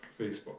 Facebook